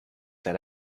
that